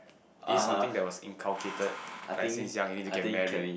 is it something that was inculcated like since young you need to get married